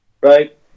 Right